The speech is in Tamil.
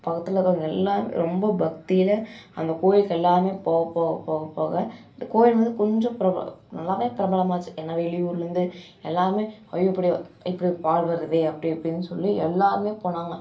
பக்கத்தில் இருக்கிறவுங்க எல்லாருமே ரொம்ப பக்தியில் அந்த கோயிலுக்கு எல்லாருமே போக போக போக போக அந்த கோயில் வந்து கொஞ்சம் பிரபல நல்லாவே பிரபலம் ஆச்சு ஏன்னா வெளியூர்லருந்து எல்லாமே ஐயோ இப்படி இப்படி பால் வருதே அப்படி இப்படின் சொல்லி எல்லாருமே போனாங்க